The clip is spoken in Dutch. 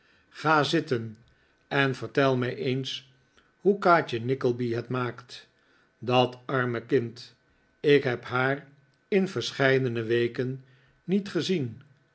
ga zitten en vertel mij eens hoe kaatje nickleby het maakt dat arme kind ik heb haar in verscheidene weken niet gezien